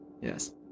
yes